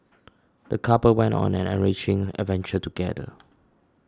the couple went on an enriching adventure together